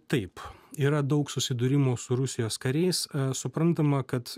taip yra daug susidūrimų su rusijos kariais suprantama kad